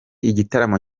igitaramo